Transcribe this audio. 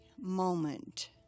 moment